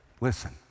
Listen